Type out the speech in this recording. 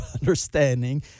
understanding